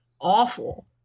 awful